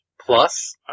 Plus